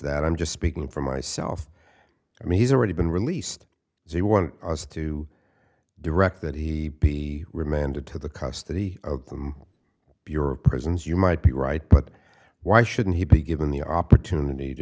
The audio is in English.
that i'm just speaking for myself i mean he's already been released they want us to direct that he be remanded to the custody of them bureau of prisons you might be right but why shouldn't he be given the opportunity to